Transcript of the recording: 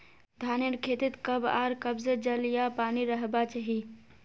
धानेर खेतीत कब आर कब से जल या पानी रहबा चही?